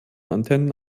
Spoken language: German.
antennen